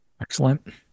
Excellent